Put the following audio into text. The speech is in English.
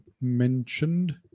mentioned